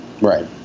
Right